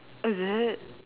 is it